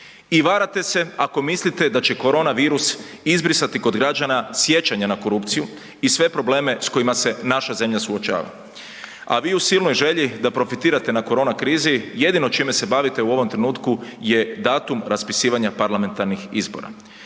I varate se ako mislite da će korona virus izbrisati kod građana sjećanja na korupciju i sve probleme s kojima se naša zemlja suočava. A vi u silnoj želi da profitirate na korona krizi jedino čime se bavite u ovome trenutku je datum raspisivanja parlamentarnih izbora